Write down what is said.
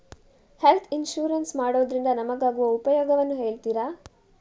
Health insurance ಮಾಡೋದ್ರಿಂದ ನಮಗಾಗುವ ಉಪಯೋಗವನ್ನು ಹೇಳ್ತೀರಾ?